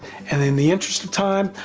and in the interest of time,